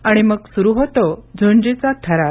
आणि मग स्रु होतो झूंजीचा थरार